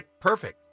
perfect